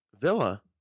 Villa